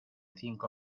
cinco